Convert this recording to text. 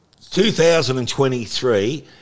2023